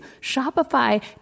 Shopify